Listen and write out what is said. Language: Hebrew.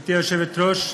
גברתי היושבת-ראש,